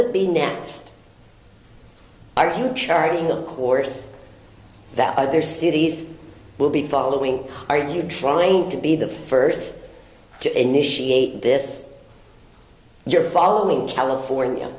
it be next are you sharing the courses that other cities will be following are you trying to be the first to initiate this you're following california